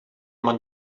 man